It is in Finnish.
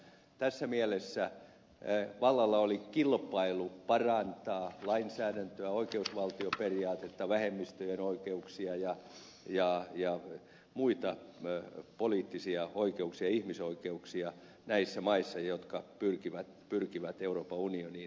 tässä mielessä vallalla oli kilpailu parantaa lainsäädäntöä oikeusvaltioperiaatetta vähemmistöjen oikeuksia ja muita poliittisia oikeuksia ihmisoikeuksia näissä maissa jotka pyrkivät euroopan unioniin